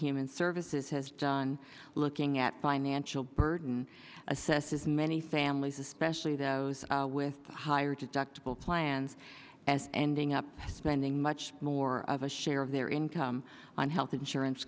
human services has done looking at financial burden assesses many families especially those with higher deductible plans as ending up spending much more of a share of their income on health insurance